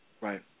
Right